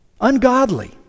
ungodly